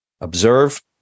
observe